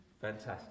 Fantastic